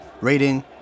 rating